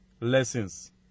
lessons